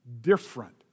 different